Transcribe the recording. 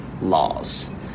laws